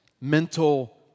mental